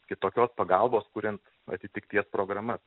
kitokios pagalbos kuriant atitikties programas